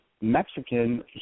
Mexican